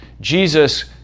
Jesus